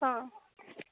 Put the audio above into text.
ହଁ